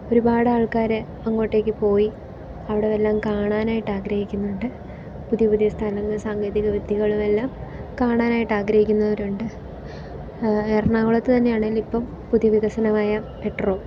ഒരുപാട് ആൾക്കാർ അങ്ങോട്ടേക്ക് പോയി അവിടെ എല്ലാം കാണാനായിട്ട് ആഗ്രഹിക്കുന്നുണ്ട് പുതിയ പുതിയ സ്ഥലങ്ങൾ സാങ്കേതിക വിദ്യകളുമെല്ലാം കാണാനായിട്ട് ആഗ്രഹിക്കുന്നവരുണ്ട് അത് എറണാകുളത്ത് തന്നെയാണ് അതിൽ ഇപ്പം പുതിയ വികസനമായ മെട്രോ